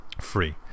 free